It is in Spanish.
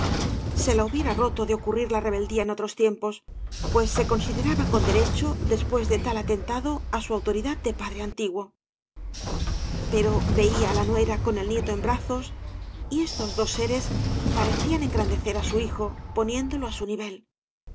se la hubiera roto de ocurrir la rebeldía en otros tiempos pues se consideraba con derecho después de tal atentado á su autoridad de padre antiguo pero veía á la nuera con el nieto en brazos y cañas t barro estos dos seres parecían engrandecer á bu hijo poniéndolo á eu nivel